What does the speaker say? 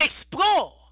explore